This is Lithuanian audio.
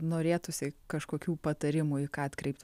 norėtųsi kažkokių patarimų į ką atkreipt